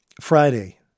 Friday